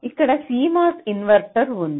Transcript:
ఇక్కడ CMOS inverter ఉంది